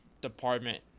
department